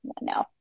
No